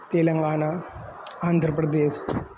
तेलङ्गाना आन्ध्रप्रदेशः